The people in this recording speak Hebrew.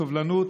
סובלנות,